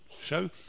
show